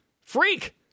freak